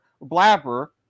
blabber